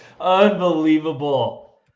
Unbelievable